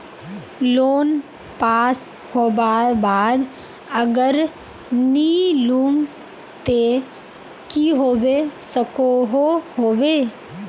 Loan pass होबार बाद अगर नी लुम ते की होबे सकोहो होबे?